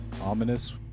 ominous